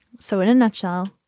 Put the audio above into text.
so in a nutshell,